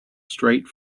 straight